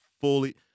fully –